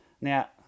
Now